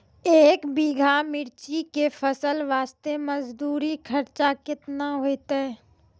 एक बीघा मिर्ची के फसल वास्ते मजदूरी खर्चा केतना होइते?